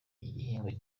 igihingwa